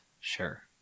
sure